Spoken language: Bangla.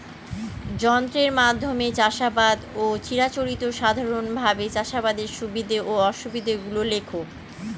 যন্ত্রের মাধ্যমে চাষাবাদ ও চিরাচরিত সাধারণভাবে চাষাবাদের সুবিধা ও অসুবিধা গুলি লেখ?